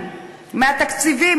כנראה בונים שם לאוכלוסיות חזקות.